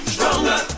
Stronger